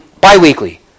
Bi-weekly